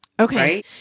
Okay